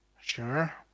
Sure